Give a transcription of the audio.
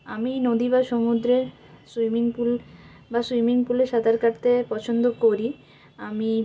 আমি নদী বা সমুদ্রে সুইমিং পুল বা সুইমিং পুলে সাঁতার কাটতে পছন্দ করি আমি